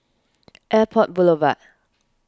Airport Boulevard